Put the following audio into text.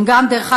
דרך אגב,